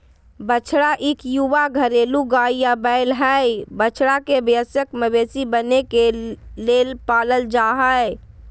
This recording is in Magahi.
बछड़ा इक युवा घरेलू गाय या बैल हई, बछड़ा के वयस्क मवेशी बने के लेल पालल जा हई